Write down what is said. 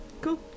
Cool